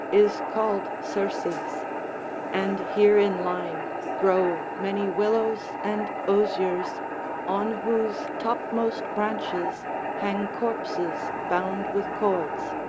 is called circe's and here in line grow many willows and osiers, on whose topmost branches hang corpses bound with cords.